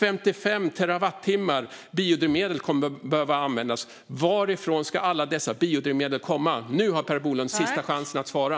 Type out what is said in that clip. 55 terawattimmar biodrivmedel kommer att behöva användas. Varifrån ska alla dessa biodrivmedel komma? Nu har Per Bolund sista chansen att svara.